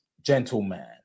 gentleman